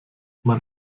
man